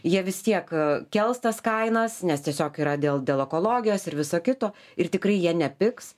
jie vis tiek kels tas kainas nes tiesiog yra dėl dėl ekologijos ir viso kito ir tikrai jie nepigs